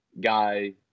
guy